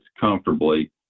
comfortably